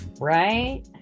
right